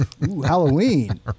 halloween